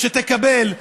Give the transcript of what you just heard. שתקבל.